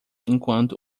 enquanto